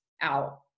out